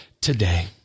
today